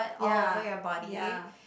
ya ya